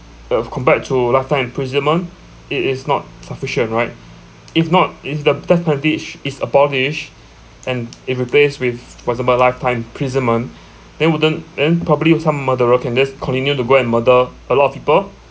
uh if compared to lifetime imprisonment it is not sufficient right if not if the death penalty is is abolished and if replaced with punished by lifetime imprisonment then wouldn't then probably uh some murderer can just continue to go and murder a lot of people